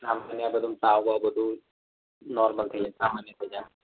આમ મને આ બધું તાવ બાવ બધું નોર્મલ થઇ જાય સામાન્ય થઇ જાય